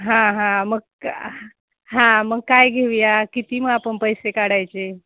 हां हां मग हां मग काय घेऊया किती मग आपण पैसे काढायचे